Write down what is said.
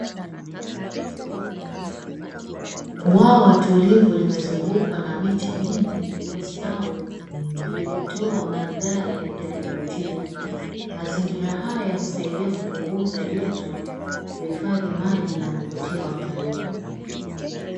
Bwawa tulivu limezungukwa na miti mingi iliyostawi, likitoa mandhari ya kuvutia. Mazingira haya husaidia kupunguza joto, kuhifadhi maji na kuvutia watalii.